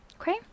Okay